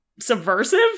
subversive